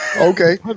Okay